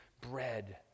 bread